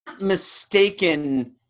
mistaken